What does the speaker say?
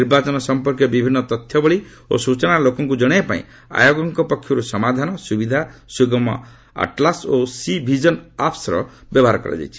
ନିର୍ବାଚନ ସମ୍ପର୍କୀୟ ବିଭିନ୍ନ ତଥ୍ୟବଳୀ ଓ ସୂଚନା ଲୋକଙ୍କୁ ଜଣାଇବା ପାଇଁ ଆୟୋଗଙ୍କ ପକ୍ଷରୁ ସମାଧାନ ସୁବିଧା ସୁଗମ ଆଟ୍ଲାସ୍ ଓ ସିଭିକିନ୍ ଆପ୍ସର ବ୍ୟବସ୍ଥା କରାଯାଇଛି